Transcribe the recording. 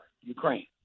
Ukraine